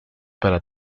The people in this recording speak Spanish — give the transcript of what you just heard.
para